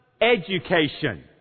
education